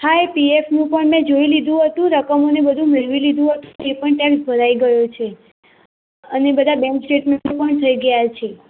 હા એ પીએફનું પણ મેં જોઈ લીધું હતું રકમો ને બધું મેળવી લીધું હતું એ પણ ટેક્ષ ભરાઈ ગયો છે અને બધા બેંક સ્ટેટમેન્ટ પણ થઈ ગયા છે